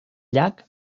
llac